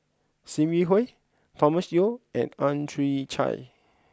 Sim Yi Hui Thomas Yeo and Ang Chwee Chai